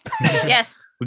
Yes